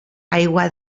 aigua